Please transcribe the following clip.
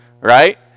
right